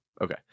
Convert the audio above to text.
okay